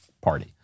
party